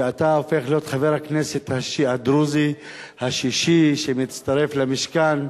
שאתה הופך להיות חבר הכנסת הדרוזי השישי שמצטרף למשכן.